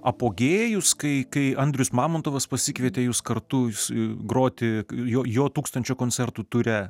apogėjus kai kai andrius mamontovas pasikvietė jus kartu su groti jo jo tūkstančio koncertų ture